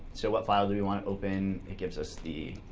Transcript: so what file do we want to open, it gives us the